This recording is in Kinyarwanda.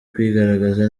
kwigaragaza